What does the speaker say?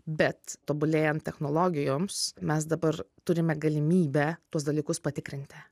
bet tobulėjant technologijoms mes dabar turime galimybę tuos dalykus patikrinti